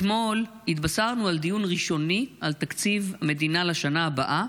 אתמול התבשרנו על דיון ראשוני על תקציב המדינה לשנה הבאה,